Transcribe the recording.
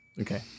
Okay